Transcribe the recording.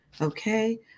okay